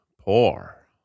poor